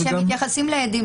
אבל כשמתייחסים לעדים,